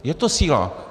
Je to síla.